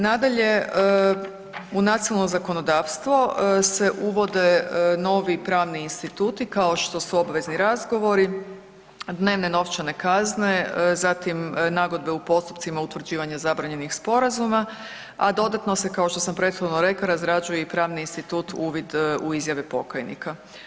Nadalje, u nacionalno zakonodavstvo se uvode novi pravni instituti kao što su obvezni razgovori, dnevne novčane kazne zatim nagodbe u postupcima utvrđivanja zabranjenih sporazuma, a dodatno se kao što sam prethodno rekla razrađuje i pravni institut uvid u izjave pokajnika.